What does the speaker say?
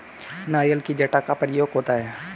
नारियल की जटा का क्या प्रयोग होता है?